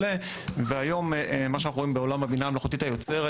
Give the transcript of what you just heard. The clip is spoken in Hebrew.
והיום אנו רואים בעולם הבינה המלאכותית היוצרת